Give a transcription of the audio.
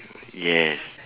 yes